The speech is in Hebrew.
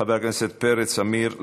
חבר הכנסת פרץ עמיר,